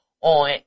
on